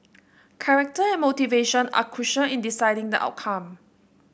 character and motivation are crucial in deciding the outcome